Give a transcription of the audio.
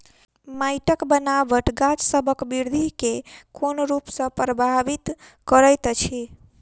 माइटक बनाबट गाछसबक बिरधि केँ कोन रूप सँ परभाबित करइत अछि?